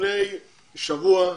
לפני שבוע.